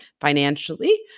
financially